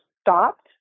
stopped